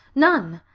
none.